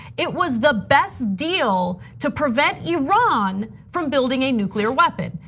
it was the best deal to prevent iran from building a nuclear weapon.